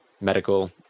medical